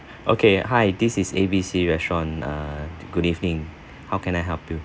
okay hi this is A B C restaurant err good evening how can I help you